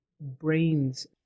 brains